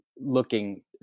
looking